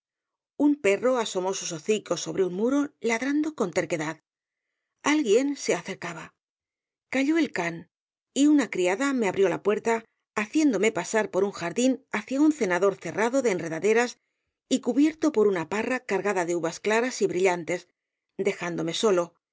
un perro asomó sus hocicos sobre un muro ladrando con terquedad alguien se acercaba calló el can y una criada me abrió la puerta haciéndome pasar por un jardín hacia un cenador cercado de enredaderas y cubierto por una epílogo sentimental parra cargada de uvas claras y brillantes dejándome solo